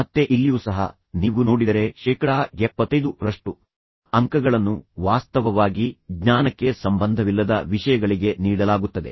ಮತ್ತೆ ಇಲ್ಲಿಯೂ ಸಹ ನೀವು ನೋಡಿದರೆ ಶೇಕಡಾ 75ರಷ್ಟು ಅಂಕಗಳನ್ನು ವಾಸ್ತವವಾಗಿ ಜ್ಞಾನಕ್ಕೆ ಸಂಬಂಧವಿಲ್ಲದ ವಿಷಯಗಳಿಗೆ ನೀಡಲಾಗುತ್ತದೆ